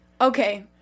okay